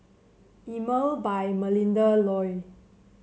Emel by Melinda Looi